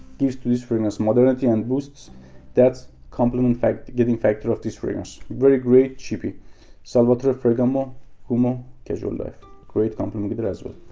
gives to this fragrance modernity and boosts that compliment getting factor of this fragrance very great cheapie salvatore ferragamo uomo casual life great compliment getter as well